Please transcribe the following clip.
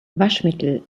waschmittel